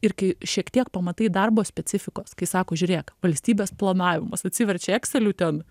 ir kai šiek tiek pamatai darbo specifikos kai sako žiūrėk valstybės planavimas atsiverčia ekselių ten